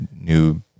new